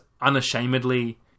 unashamedly